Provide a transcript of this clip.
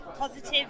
positive